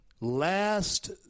last